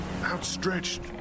outstretched